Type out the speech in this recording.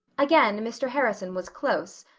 again, mr. harrison was close.